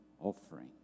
offering